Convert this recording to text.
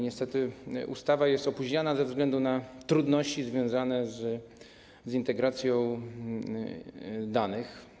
Niestety ustawa jest opóźniana ze względu na trudności związane z integracją danych.